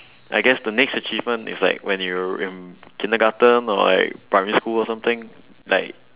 I guess the next achievement is like when you're in kindergarten or like primary school or something like